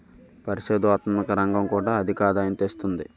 పరిశోధనాత్మక రంగం కూడా అధికాదాయం తెస్తుంది